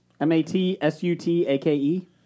M-A-T-S-U-T-A-K-E